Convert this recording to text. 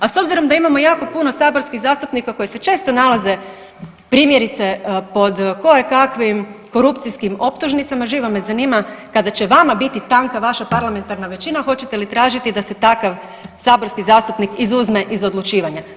A s obzirom da imamo jako puno saborskih zastupnika koji se često nalaze primjerice pod koje kakvim korupcijskim optužnicama živo me zanima kada će vama biti tanka vaša parlamentarna većina hoćete li tražiti da se takav saborski zastupnik izuzme iz odlučivanja.